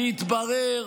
כי התברר,